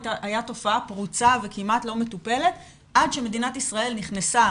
תופעה פרוצה וכמעט לא מטופלת עד שמדינת ישראל נכנסה